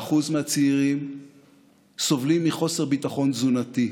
26% מהצעירים סובלים מחוסר ביטחון תזונתי,